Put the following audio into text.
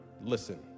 listen